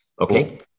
Okay